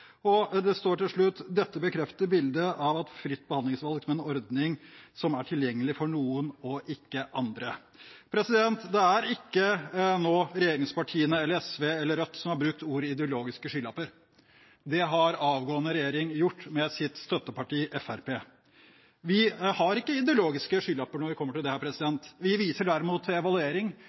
Og det står til slutt: «Dette bekrefter bildet av FBV som en ordning som er tilgjengelig for noen og ikke andre.» Det er ikke regjeringspartiene eller SV eller Rødt som nå har brukt ordene «ideologiske skylapper». Det har avgående regjering, med sitt støtteparti Fremskrittspartiet, gjort. Vi har ikke ideologiske skylapper når det gjelder dette. Vi viser derimot til evaluering, vi viser til hva som faktisk har skjedd, og vi viser til